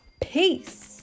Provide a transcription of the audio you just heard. peace